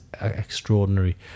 extraordinary